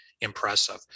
impressive